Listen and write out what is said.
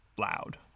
loud